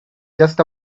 just